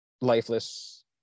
lifeless